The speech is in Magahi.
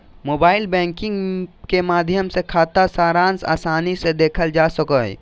मोबाइल बैंकिंग के माध्यम से खाता सारांश आसानी से देखल जा सको हय